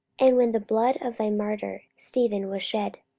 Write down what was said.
and when the blood of thy martyr stephen was shed,